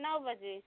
नौ बजे